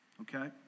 okay